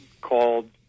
called